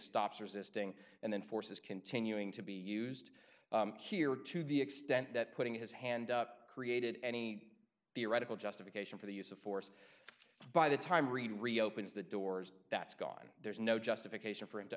stops resisting and then forces continuing to be used here to the extent that putting his hand created any theoretical justification for the use of force by the time read reopens the doors that's gone there's no justification for him to